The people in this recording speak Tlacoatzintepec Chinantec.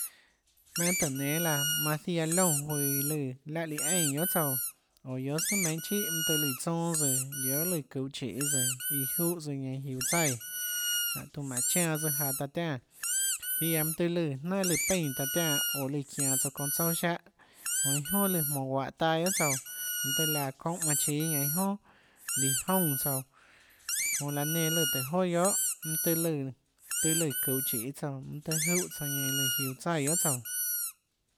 Jmaønâ tøhå nénâ laã manã ziaã ióã juøå lùã iã lùã láhã liã eínã guiohà tsouã oå guiohàsùà meinhâ chíhà mønâ tøhê lùã tsonâ tsøã guiohà lùãçuhå chiê tsøã iã júhã tsøã ñanã jiuå tsaíã jánhå tiuã manã chanã tsøã jaå taã tiánã ziaã mønâ tøhê jnánhà lùã peínã taã tiánã oå lùã çianå tsouã çounã tsouâ siáhã iâ jonà lùã jmonå guahå taâ guiohà tsouã mønâ tøâ laã çoúnhã manã chíâ ñanâ iâ jonà líã joúnã tsouã jonã laã nenã lùã tùhå joà guiohà mønâ tøhê lùã tøhê lùã çuhå chiê tsouã mønâ tøhê júhã tsouã ñanã iã lùã jiuå tsaíã guiohà tsouã